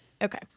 Okay